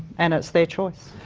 and it's their choice.